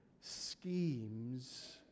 schemes